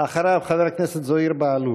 אחריו, חבר הכנסת זוהיר בהלול.